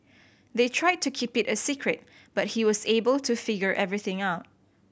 they tried to keep it a secret but he was able to figure everything out